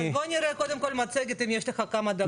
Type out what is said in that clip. אז בואו נראה קודם כול מצגת, אם יש לך כמה דקות.